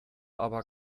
aber